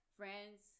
friends